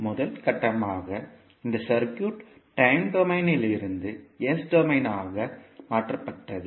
முதல் கட்டமாக இந்த சர்க்யூட் டைம் டொமைன் இலிருந்து S டொமைன் ஆக மாற்றப்பட்டது